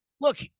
look